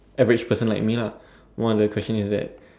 average person like me lah one of the question is that